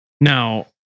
now